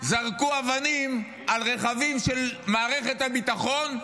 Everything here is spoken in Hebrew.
זרקו אבנים על רכבים של מערכת הביטחון,